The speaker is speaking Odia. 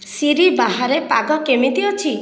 ସିରି ବାହାରେ ପାଗ କେମିତି ଅଛି